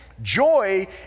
joy